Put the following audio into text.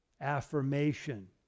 Affirmation